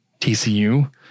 TCU